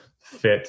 fit